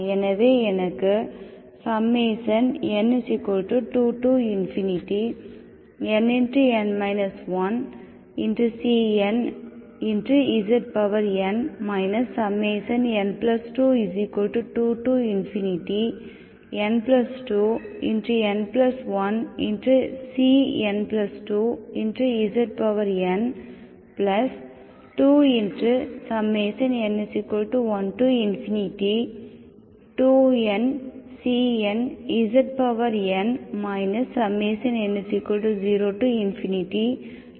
எனவே எனக்கு n2nn 1cnzn n22n2n1cn2zn2n12ncnzn n02cnzn0உள்ளது